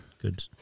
Good